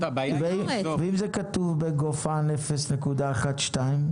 ואם זה כתוב בגופן 0.12?